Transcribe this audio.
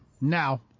now